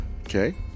Okay